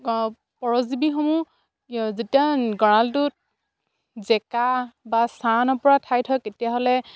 পৰজীৱীসমূহ যেতিয়া গঁৰালটোত জেকা বা ছাঁ নপৰা ঠাইত থয় তেতিয়াহ'লে